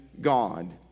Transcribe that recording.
God